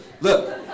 Look